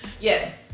Yes